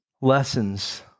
Lessons